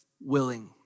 willing